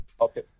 Okay